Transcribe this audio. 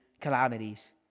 calamities